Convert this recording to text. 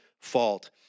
fault